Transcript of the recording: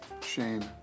Shame